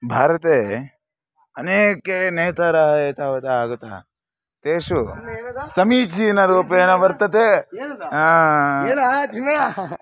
भारते अनेके नेतरः एतावता आगतः तेषु समीचीनरूपेण वर्तते